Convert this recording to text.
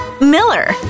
Miller